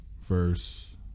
verse